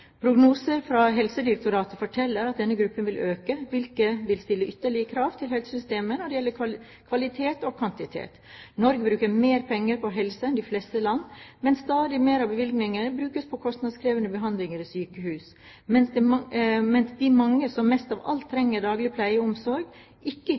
Prognoser fra Helsedirektoratet forteller at denne gruppen vil øke, hvilket vil stille ytterligere krav til helsesystemet når det gjelder kvalitet og kvantitet. Norge bruker mer penger på helse enn de fleste andre land. Stadig mer av bevilgningene brukes på kostnadskrevende behandling i sykehus, mens de mange som mest av alt trenger daglig pleie og omsorg, ikke